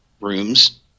rooms